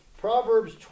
proverbs